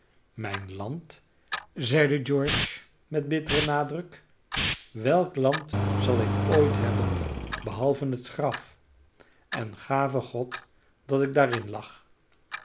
mijn land zeide george met bitteren nadruk welk land zal ik ooit hebben behalve het graf en gave god dat ik daarin lag